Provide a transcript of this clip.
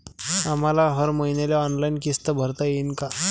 आम्हाले हर मईन्याले ऑनलाईन किस्त भरता येईन का?